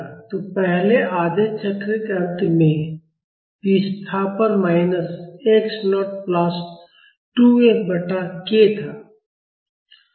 तो पहले आधे चक्र के अंत में विस्थापन minus x naught plus 2 F बटा k था